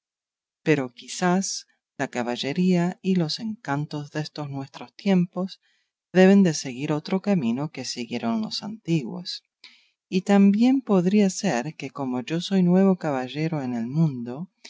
pero quizá la caballería y los encantos destos nuestros tiempos deben de seguir otro camino que siguieron los antiguos y también podría ser que como yo soy nuevo caballero en el mundo